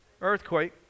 Earthquake